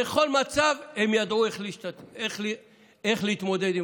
בכל מצב הם ידעו איך להתמודד.